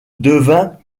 devint